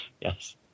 yes